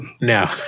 No